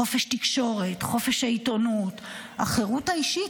חופש תקשורת, חופש העיתונות, החירות האישית.